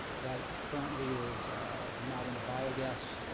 that currently is not in a bio gas.